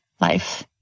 life